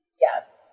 Yes